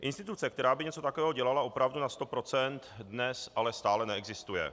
Instituce, která by něco takového dělala opravdu na 100 %, dnes ale stále neexistuje.